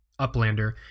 Uplander